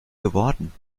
geworden